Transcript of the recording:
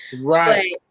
Right